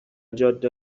جاده